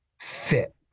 fit